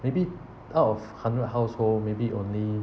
maybe out of hundred household maybe only